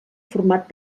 format